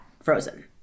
frozen